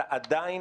אתה עדיין